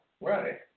Right